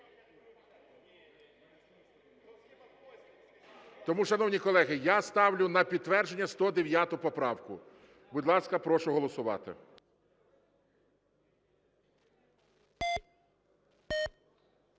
Тому, шановні колеги, я ставлю на підтвердження 109 поправку. Будь ласка, прошу голосувати.